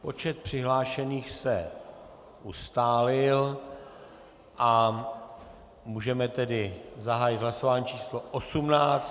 Počet přihlášených se ustálil, můžeme zahájit hlasování číslo 18.